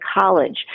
college